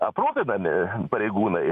aprūpinami pareigūnai